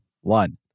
One